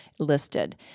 Listed